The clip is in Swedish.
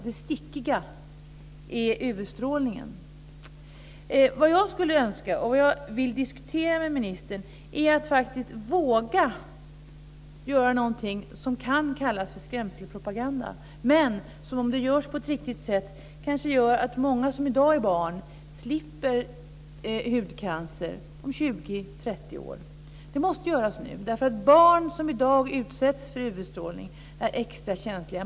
Det stickiga är UV Det jag skulle önska, och det jag vill diskutera med ministern, är att man faktiskt skulle våga göra någonting som kan kallas för skrämselpropaganda. Om det görs på ett riktigt sätt skulle det kanske göra att många som i dag är barn slipper hudcancer om 20-30 år. Det måste göras nu. Barn som i dag utsätts för UV-strålning är extra känsliga.